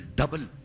double